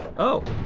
oh,